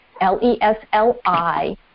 L-E-S-L-I